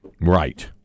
Right